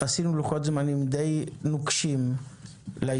עשינו לוחות זמנים די נוקשים ליישום.